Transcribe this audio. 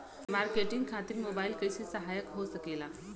Marketing खातिर mobile कइसे सहायक हो सकेला?